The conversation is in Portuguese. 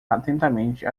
atentamente